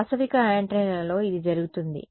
వాస్తవిక యాంటెన్నాలలో ఇది జరుగుతుంది